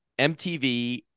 MTV